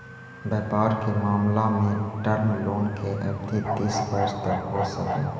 व्यापार के मामला में टर्म लोन के अवधि तीस वर्ष तक हो सकऽ हई